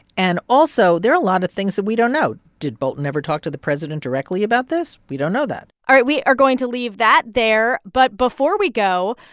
and also, there are a lot of things that we don't know. did bolton ever talk to the president directly about this? we don't know that all right, we are going to leave that there. but before we go,